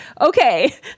okay